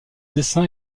dessin